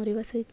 ମରିବା ସହିତ